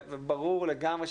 וברור לגמרי,